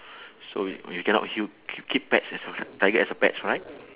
so you cannot hu~ k~ keep pets as a tiger as a pets right